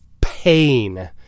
pain